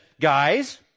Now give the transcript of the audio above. guys